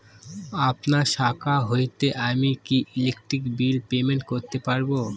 আপনার শাখা হইতে আমি কি ইলেকট্রিক বিল পেমেন্ট করতে পারব?